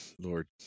Lord